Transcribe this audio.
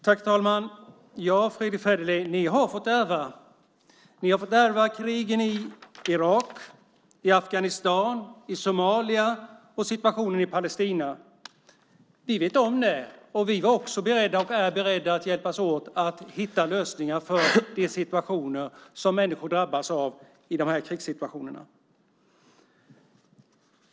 Herr talman! Ja, Fredrick Federley, ni har fått ärva! Ni har fått ärva krigen i Irak, Afghanistan och Somalia och situationen i Palestina. Vi vet om det, och vi var också beredda och är beredda att hjälpas åt att hitta lösningar för de situationer som människor drabbas av i de här krigssituationerna.